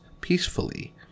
peacefully